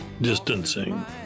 Distancing